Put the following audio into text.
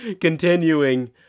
continuing